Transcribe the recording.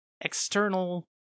external